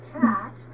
cat